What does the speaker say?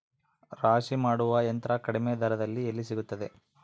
ರಾಶಿ ಮಾಡುವ ಯಂತ್ರ ಕಡಿಮೆ ದರದಲ್ಲಿ ಎಲ್ಲಿ ಸಿಗುತ್ತದೆ?